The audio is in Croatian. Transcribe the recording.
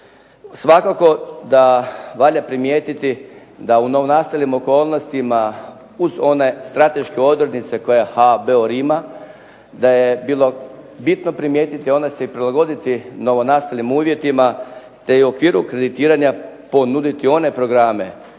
Svakako da valja primijetiti da u novonastalim okolnostima uz one strateške odrednice koje HBOR ima da je bilo bitno primijetiti, a onda se i prilagoditi novonastalim uvjetima, te u okviru kreditiranja ponuditi one programe